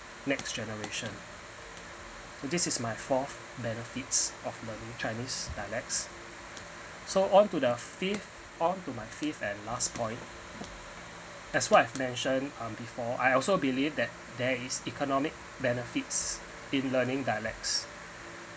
next generation this is my fourth benefits of learning chinese dialects so onto the fifth onto my fifth and last point as what I've mentioned um before I also believed that's also economic benefits in learning dialects